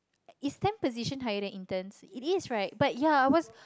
is temp position higher than interns it is right but ya I was